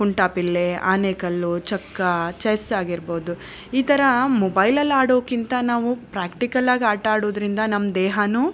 ಕುಂಟ ಪಿಲ್ಲೆ ಆನೆ ಕಲ್ಲು ಚಕ್ಕ ಚೆಸ್ ಆಗಿರ್ಬೋದು ಈ ಥರ ಮೊಬೈಲಲ್ಲಿ ಆಡೋಕ್ಕಿಂತ ನಾವು ಪ್ರಾಕ್ಟಿಕಲ್ಲಾಗಿ ಆಟಾಡೋದ್ರಿಂದ ನಮ್ಮ ದೇಹಾನೂ